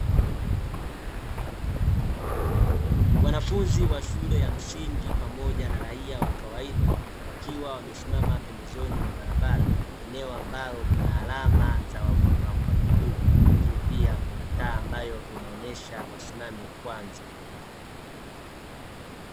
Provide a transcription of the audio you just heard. Wanafunzi wa shule ya msingi pamoja na raia wa kawaida wakiwa wamesimama pembezoni mwa barabara, eneo ambalo kuna alama za wavuka kwa miguu, lakini pia kuna taa ambayo inaonesha wasimame kwanza.